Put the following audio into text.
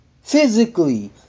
Physically